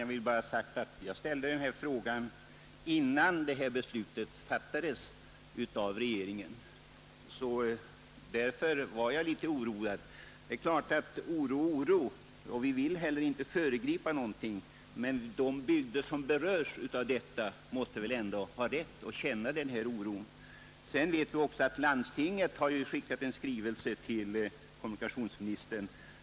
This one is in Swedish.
Herr talman! Jag ställde min fråga, innan detta beslut fattades av regeringen. Därför var jag litet oroad. Vi vill inte föregripa någonting, men de bygder som berörs av detta nedläggningshot måste väl ändå ha rätt att känna oro. Vi vet också att landstinget har skickat en skrivelse till kommunikationsministern.